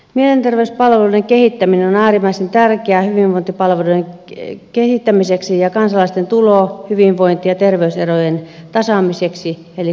mielenterveyspalveluiden kehittäminen on äärimmäisen tärkeää hyvinvointipalveluiden kehittämiseksi ja kansalaisten tulo hyvinvointi ja terveyserojen tasaamiseksi eli kaventamiseksi